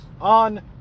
on